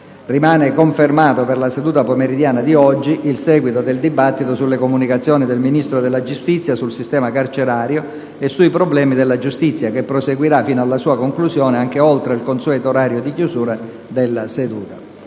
Rimane confermato per la seduta pomeridiana di oggi il seguito del dibattito sulle comunicazioni del Ministro della giustizia sul sistema carcerario e sui problemi della giustizia, che proseguirà fino alla sua conclusione, anche oltre il consueto orario di chiusura della seduta.